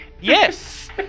Yes